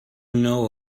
know